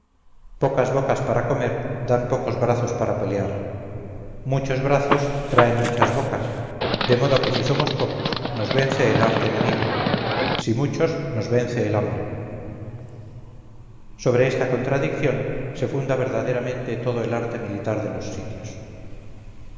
pocas bocas para comer dan pocos brazos para pelear muchos brazos traen muchas bocas de modo que si somos pocos nos vence el arte enemigo si muchos nos vence el hambre sobre esta contradicción se funda verdaderamente todo el arte militar de los sitios